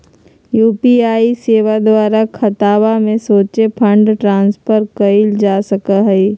UPI सेवा द्वारा खतामें सोझे फंड ट्रांसफर कएल जा सकइ छै